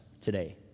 today